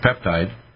peptide